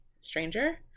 stranger